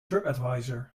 tripadvisor